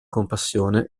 compassione